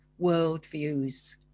worldviews